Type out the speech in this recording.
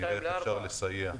נראה איך אפשר לסייע.